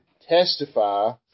testify